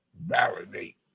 validate